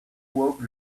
woke